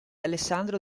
alessandro